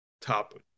top